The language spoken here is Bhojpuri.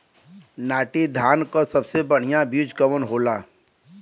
नाटी धान क सबसे बढ़िया बीज कवन होला?